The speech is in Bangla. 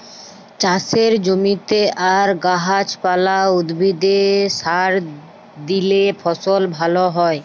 চাষের জমিতে আর গাহাচ পালা, উদ্ভিদে সার দিইলে ফসল ভাল হ্যয়